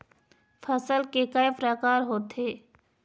फसल के कय प्रकार होथे?